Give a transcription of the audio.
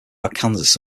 arkansas